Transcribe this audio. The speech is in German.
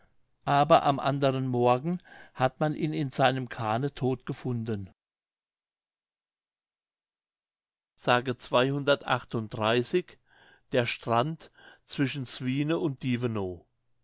aber am anderen morgen hat man ihn in seinem kahne todt gefunden der strand zwischen swine und